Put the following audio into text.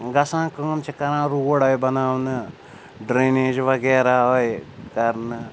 گَژھان کٲم چھِ کَران روڈ آے بَناونہٕ ڈرٛینیج وغیرہ آے کَرنہٕ